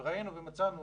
וראינו ומצאנו,